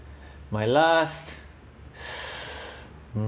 my last mm